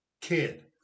kid